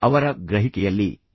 ಅವರ ಗ್ರಹಿಕೆಯಲ್ಲಿ ಏನಿದೆ